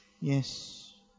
Yes